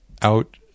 out